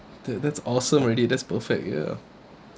the that's awesome already that's perfect ya